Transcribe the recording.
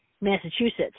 Massachusetts